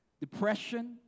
depression